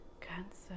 Cancer